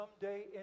someday